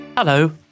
Hello